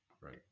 Right